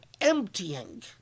emptying